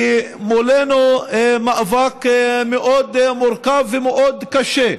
כי מולנו מאבק מאוד מורכב ומאוד קשה: